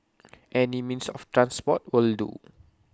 any means of transport will do